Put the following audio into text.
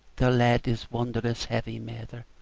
the lead is wondrous heavy, mither,